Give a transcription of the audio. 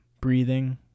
breathing